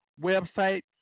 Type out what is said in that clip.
website